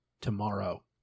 tomorrow